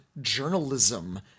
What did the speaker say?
journalism